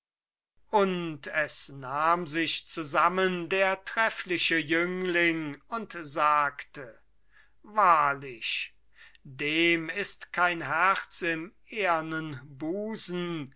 und es nahm sich zusammen der treffliche jüngling und sagte wahrlich dem ist kein herz im ehernen busen